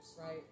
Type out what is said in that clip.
right